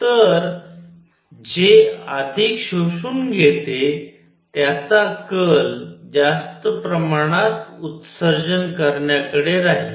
तर जे अधिक शोषून घेते त्याचा कल जास्त प्रमाणात उत्सर्जन करण्याकडे राहील